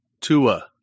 Tua